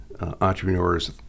entrepreneurs